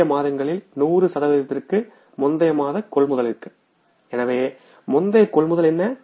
முந்தைய மாதங்களில் முந்தைய மாத கொள்முதலிற்கு கொள்முதலில் 100 சதவீதம் எனவே முந்தைய கொள்முதல் என்ன